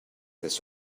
this